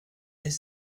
est